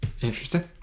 interesting